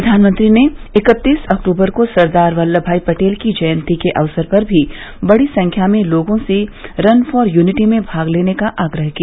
प्रधानमंत्री ने इक्कतीस अक्टूबर को सरदार वल्लम भाई पटेल की जयंती के अवसर पर भी बड़ी संख्या में लोगों से रन फॉर यूनिटी में भाग लेने का आग्रह किया